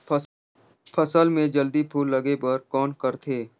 फसल मे जल्दी फूल लगे बर कौन करथे?